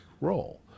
role